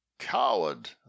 Coward